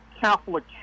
Catholic